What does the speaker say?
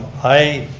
i